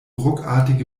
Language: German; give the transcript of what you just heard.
ruckartige